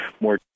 more